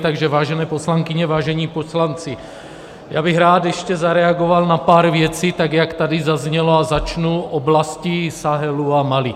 Takže vážené poslankyně, vážení poslanci, já bych rád ještě zareagoval na pár věcí, jak tady zaznělo, a začnu oblastí Sahelu a Mali.